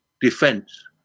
defense